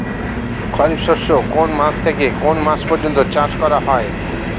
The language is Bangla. খারিফ শস্য কোন মাস থেকে কোন মাস পর্যন্ত চাষ করা হয়?